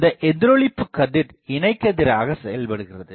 இந்த எதிரொளிப்புகதிர் இணைகதிராகச் செயல்படுகிறது